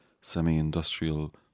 semi-industrial